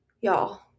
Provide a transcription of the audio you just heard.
y'all